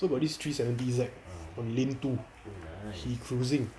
so got this three seventy Z on lane two he cruising